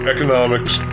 Economics